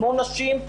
כמו נשים,